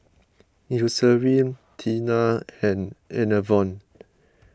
Eucerin Tena and Enervon